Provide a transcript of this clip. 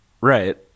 Right